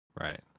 Right